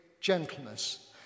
gentleness